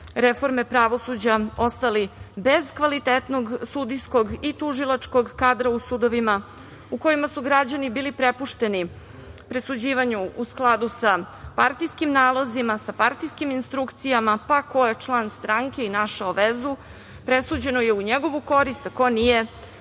reforme pravosuđa ostali bez kvalitetnog sudijskog i tužilačkog kadra u sudovima u kojima su građani bili prepušteni presuđivanju u skladu sa partijskim nalozima, sa partijskim instrukcijama, pa ko je član stranke i našao vezu presuđeno je u njegovu korist, a ko nije